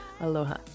Aloha